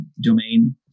domain